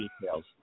details